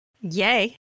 Yay